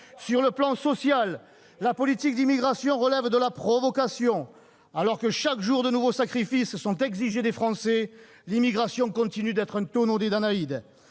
Sur le plan social, la politique d'immigration relève de la provocation. Alors que chaque jour de nouveaux sacrifices sont exigés des Français, l'immigration continue d'être un tonneau des Danaïdes.